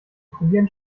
probieren